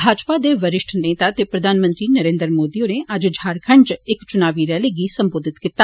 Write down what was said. भाजपा दे वरिष्ठ नेता ते प्रधानमंत्री नरेन्द्र मोदी होरें अज्ज झारखंड च इक चुनावी रैली गी संबोधत कीता